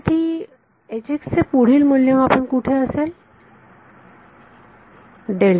साठी चे पुढील मूल्यमापन कुठे असेल